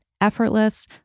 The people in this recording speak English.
effortless